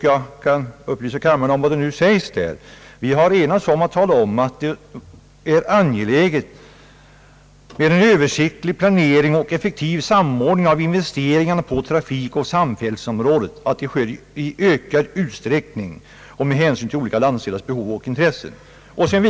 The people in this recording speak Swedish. Jag kan upplysa kammaren om att utskottet har enats om att det är angeläget att en översiktlig planering och effektiv samordning av investeringarna på trafikoch samfärdselområdet sker i ökad utsträckning och med hänsyn till olika landsdelars behov och intressen.